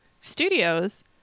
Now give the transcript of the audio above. studios